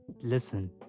listen